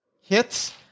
hits